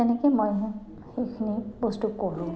তেনেকে মই সেইখিনি বস্তু কৰোঁ